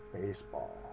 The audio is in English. Baseball